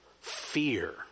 fear